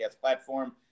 platform